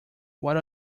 what